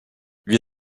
wir